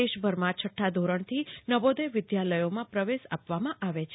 દેશભરમાં છઠ્ઠા ધોરણથી નવોદય વિદ્યાલયોમાં પ્રવેશ આપવામાં આવે છે